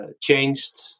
Changed